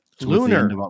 lunar